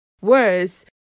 words